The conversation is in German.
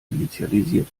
initialisiert